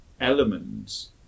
elements